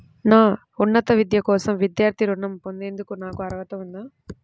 నా ఉన్నత విద్య కోసం విద్యార్థి రుణం పొందేందుకు నాకు అర్హత ఉందా?